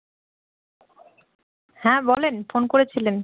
হ্যাঁ বলেন ফোন করেছিলেন